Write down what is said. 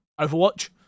Overwatch